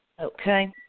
Okay